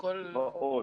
ועוד.